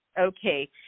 okay